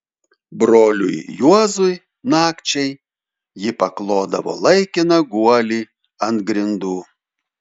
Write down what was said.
broliui juozui nakčiai ji paklodavo laikiną guolį ant grindų